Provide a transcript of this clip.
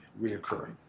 reoccurring